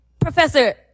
Professor